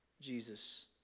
Jesus